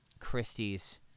Christie's